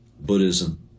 Buddhism